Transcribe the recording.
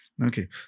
Okay